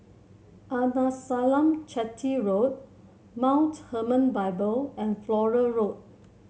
Arnasalam Chetty Road Mount Hermon Bible and Flora Road